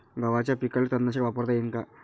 गव्हाच्या पिकाले तननाशक वापरता येईन का?